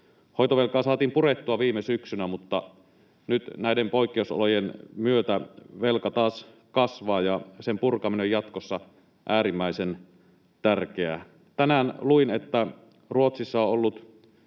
Hoitovelkaa saatiin purettua viime syksynä, mutta nyt näiden poikkeusolojen myötä velka taas kasvaa, ja sen purkaminen on jatkossa äärimmäisen tärkeää. Tänään luin, että Ruotsissa on ollut